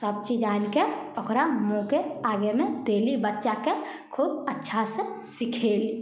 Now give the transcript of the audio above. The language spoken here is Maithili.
सबचीज आनिके ओकरा मुँहके आगेमे देली बच्चाके खूब अच्छा से सिखैली